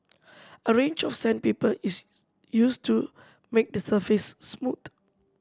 a range of sandpaper is used to make the surface smooth